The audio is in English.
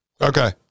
Okay